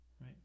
right